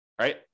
right